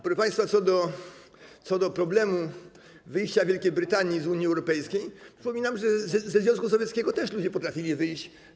Proszę państwa, co do problemu wyjścia Wielkiej Brytanii z Unii Europejskiej, to przypominam, że ze Związku Sowieckiego ludzie też potrafili wyjść.